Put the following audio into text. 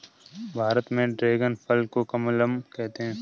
भारत में ड्रेगन फल को कमलम कहते है